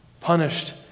punished